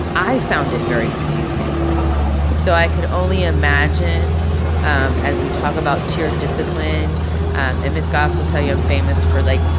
i found it very confusing so i could only imagine as we talk about tier discipline and ms. goss will tell you i'm famous for like,